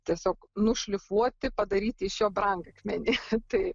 tiesiog nušlifuoti padaryti iš jo brangakmenį tai